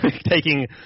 taking